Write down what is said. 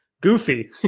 goofy